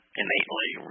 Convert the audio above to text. innately